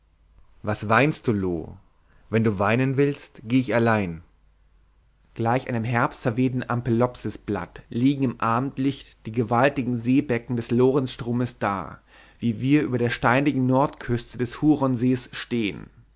was weinst du loo wenn du weinen willst gehe ich allein gleich einem herbstverwehten ampelopsisblatt liegen im abendlicht die gewaltigen seebecken des lorenzstromes da wie wir über der steinigen nordküste des huronsees stehen